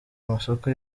amasoko